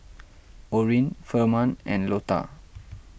Orin Firman and Lota